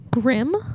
Grim